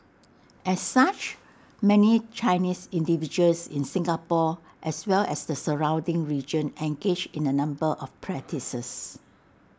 as such many Chinese individuals in Singapore as well as the surrounding region engage in A number of practices